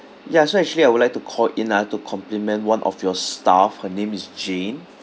ya so actually I would like to call in ah to compliment one of your staff her name is jane